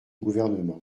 gouvernement